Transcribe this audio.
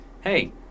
hey